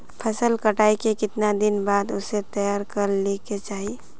फसल कटाई के कीतना दिन बाद उसे तैयार कर ली के चाहिए?